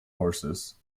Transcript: horses